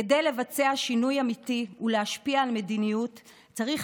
כדי לבצע שינוי אמיתי ולהשפיע על מדיניות צריך